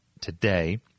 today